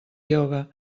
ioga